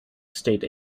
state